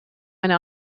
eine